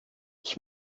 ich